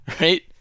right